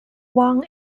wang